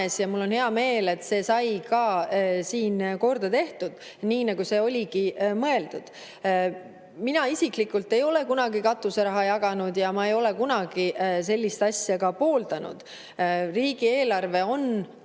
Mul on hea meel, et see sai siin korda tehtud, nii nagu see oligi mõeldud. Mina isiklikult ei ole kunagi katuseraha jaganud ja ma ei ole kunagi sellist asja ka pooldanud. Riigieelarve on